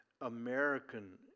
American